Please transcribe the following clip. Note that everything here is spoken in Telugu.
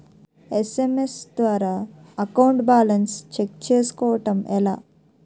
ఎస్.ఎం.ఎస్ ద్వారా అకౌంట్ బాలన్స్ చెక్ చేసుకోవటం ఎలా?